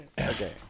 Okay